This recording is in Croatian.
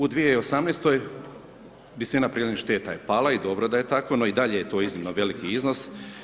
U 2018. visina prijavljenih šteta, je pala i dobro da je tako, no i dalje je to iznimno veliki iznos.